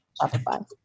Shopify